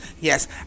Yes